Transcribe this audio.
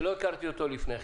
שלא הכרתי אותו לפני כן,